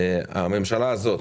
הממשלה הזאת